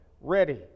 ready